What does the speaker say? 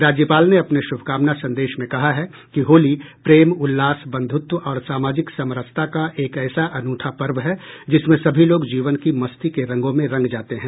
राज्यपाल ने अपने शुभकामना संदेश में कहा है कि होली प्रेम उल्लास बन्धुत्व और सामाजिक समरसता का एक ऐसा अनेूठा पर्व है जिसमें सभी लोग जीवन की मस्ती के रंगों में रंग जाते हैं